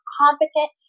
competent